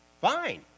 Fine